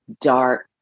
dark